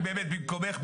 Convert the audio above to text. אני באמת במקומך,